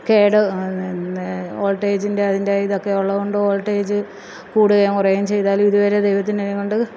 കേട് വോൾട്ടജിന്റെ അതിന്റെ ഇതൊക്കെ ഉള്ളതുകൊണ്ട് വോൾട്ടേജ് കൂടുകേം കുറയുവേം ചെയ്താലുവിതുവരെ ദൈവത്തിൻറ്റിതുകൊണ്ട്